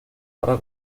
ahora